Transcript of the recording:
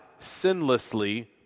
sinlessly